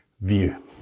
view